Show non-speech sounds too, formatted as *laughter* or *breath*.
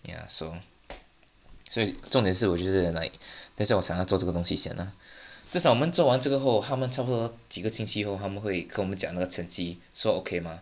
ya so 所以重点是就是 like that's why 我想要做这个东西先 ah *breath* 至少我们做这个过后他们差不多几个星期后他们会跟我们讲那个成绩 so okay mah